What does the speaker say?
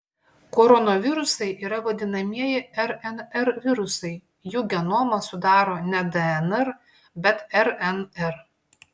koronavirusai yra vadinamieji rnr virusai jų genomą sudaro ne dnr bet rnr